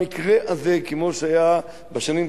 במקרה הזה, כמו שהיה בשנים 1990,